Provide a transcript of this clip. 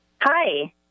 Hi